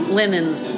linens